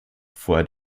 vor